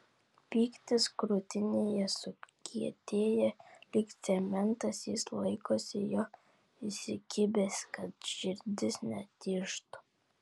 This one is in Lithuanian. pyktis krūtinėje sukietėja lyg cementas jis laikosi jo įsikibęs kad širdis netižtų